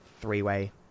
three-way